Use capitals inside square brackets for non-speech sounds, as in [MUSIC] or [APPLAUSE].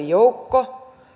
[UNINTELLIGIBLE] joukko